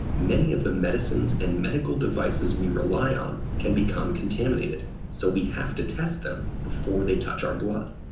many of the medicines and medical devices we rely on can become contaminated, so we have to test them before they touch our blood.